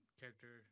character